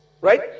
Right